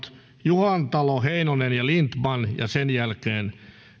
juhantalo heinonen ja lindtman sen jälkeen